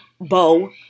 bow